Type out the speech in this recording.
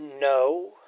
No